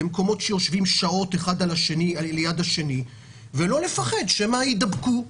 למקומות שיושבים שעות אחד ליד השני ולא לפחד שמא ידבקו.